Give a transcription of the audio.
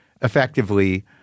effectively